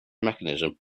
mechanism